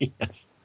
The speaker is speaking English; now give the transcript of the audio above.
yes